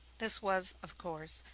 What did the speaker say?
this was, of course,